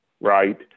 right